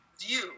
view